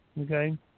okay